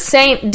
Saint